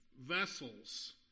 vessels